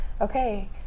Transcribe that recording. okay